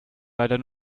leider